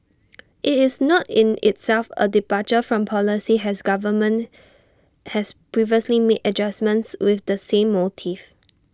IT is not in itself A departure from policy has government has previously made adjustments with the same motive